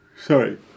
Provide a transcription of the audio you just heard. Sorry